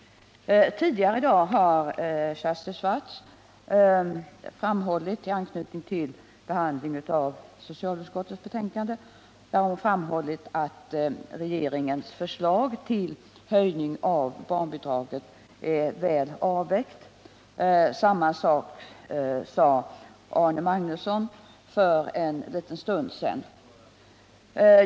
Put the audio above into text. Tidigare i dag har Kersti Swartz framhållit, i anknytning till socialutskottets betänkande, att regeringens förslag till höjning av barnbidraget är väl avvägt. Samma sak sade Arne Magnusson för en liten stund sedan.